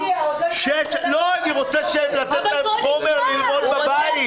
--- אני רוצה לתת להם חומר ללמוד בבית.